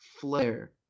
flare